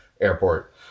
airport